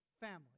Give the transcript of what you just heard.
family